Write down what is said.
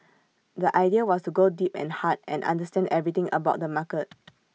the idea was to go deep and hard and understand everything about the market